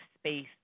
space